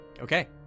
Okay